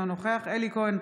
אינו נוכח אלי כהן,